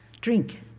Drink